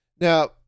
Now